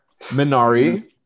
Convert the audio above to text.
minari